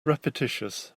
repetitious